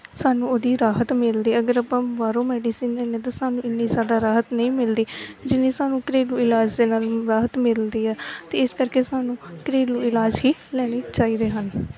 ਸਾਨੂੰ ਉਹਦੀ ਰਾਹਤ ਮਿਲਦੀ ਅਗਰ ਆਪਾਂ ਬਾਹਰੋਂ ਮੈਡੀਸਨ ਲੈਂਦੇ ਤਾਂ ਸਾਨੂੰ ਇੰਨੀ ਜ਼ਿਆਦਾ ਰਾਹਤ ਨਹੀਂ ਮਿਲਦੀ ਜਿੰਨੀ ਸਾਨੂੰ ਘਰੇਲੂ ਇਲਾਜ ਦੇ ਨਾਲ ਰਾਹਤ ਮਿਲਦੀ ਆ ਅਤੇ ਇਸ ਕਰਕੇ ਸਾਨੂੰ ਘਰੇਲੂ ਇਲਾਜ ਹੀ ਲੈਣੇ ਚਾਹੀਦੇ ਹਨ